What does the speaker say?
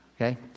Okay